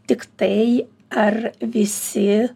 tiktai ar visi